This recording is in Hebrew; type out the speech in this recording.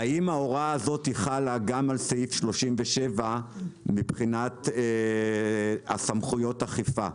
האם ההוראה הזאת חלה גם על סעיף 37 מבחינת סמכויות האכיפה?